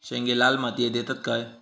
शेंगे लाल मातीयेत येतत काय?